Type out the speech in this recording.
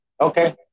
Okay